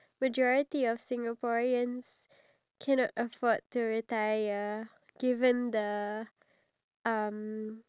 of the people who took the survey they said that they don't have enough money to